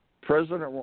President